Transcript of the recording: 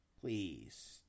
Please